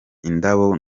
indabo